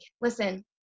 listen